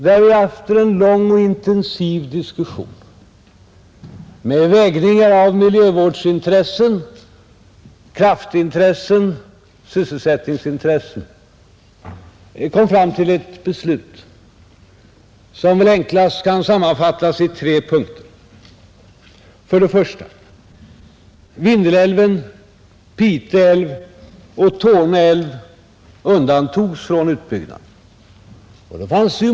Efter en lång och intensiv diskussion, med vägningar av miljövårdsintressen, kraftintressen och sysselsättningsintressen kom jag fram till ett beslut som väl enklast kan sammanfattas i tre punkter: 1. Vindelälven, Pite älv och Torne älv undantogs från utbyggnad.